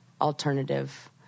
alternative